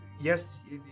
Yes